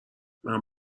منم